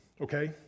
okay